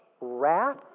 wrath